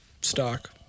stock